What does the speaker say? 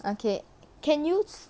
okay can you